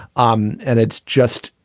um and it's just,